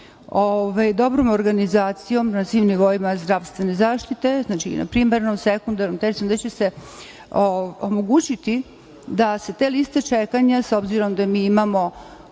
dobrom organizacijom na svim nivoima zdravstvene zaštite, znači i na primarnom, sekundarnom i tercijalnom, da će se omogućiti da se te liste čekanja, s obzirom da mi imamo